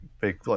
big